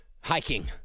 hiking